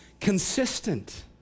consistent